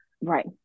Right